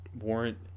warrant